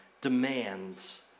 demands